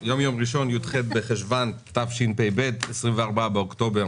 היום יום ראשון י"ח בחשון התשפ"ב, ה-24 באוקטובר